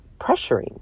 pressuring